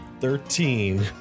Thirteen